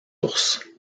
ours